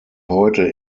heute